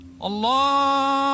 Allah